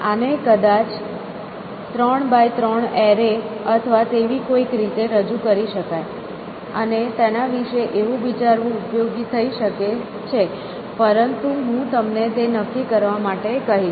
આને કદાચ 3 by 3 array અથવા તેવી કોઈક રીતે રજૂ કરી શકાય અને તેના વિશે એવું વિચારવું ઉપયોગી થઈ શકે છે પરંતુ હું તમને તે નક્કી કરવા માટે કહીશ